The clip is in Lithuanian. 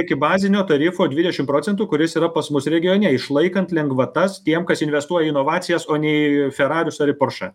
iki bazinio tarifo dvidešim procentų kuris yra pas mus regione išlaikant lengvatas tiem kas investuoja į inovacijas o ne į ferarius ar į porsche